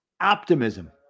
optimism